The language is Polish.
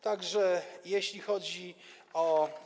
Tak że jeśli chodzi o.